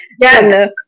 Yes